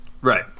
Right